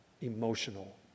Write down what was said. emotional